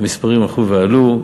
המספרים הלכו ועלו,